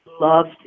loved